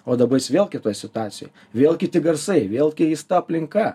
o dabar jis vėl kitoj situacijoj vėl kiti garsai vėl keista aplinka